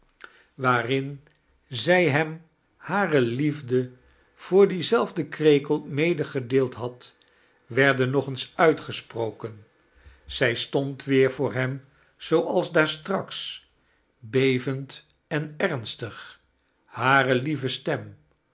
waarin zij hem hare liefde voor dietazelfden krekel medegedeeld had werdm nog eens ultgesproken zij stohd weer voor hem zooals daar straks bevend en earnstig hare lieve stem